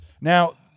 Now